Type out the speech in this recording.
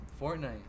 Fortnite